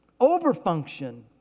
overfunction